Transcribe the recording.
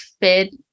fit